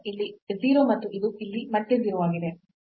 ಇಲ್ಲಿ 0 ಮತ್ತು ಇದು ಇಲ್ಲಿ ಮತ್ತೆ 0 ಆಗಿದೆ